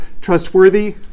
trustworthy